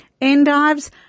Endives